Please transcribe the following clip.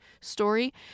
story